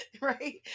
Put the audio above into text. right